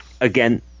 Again